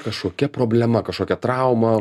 kažkokia problema kažkokia trauma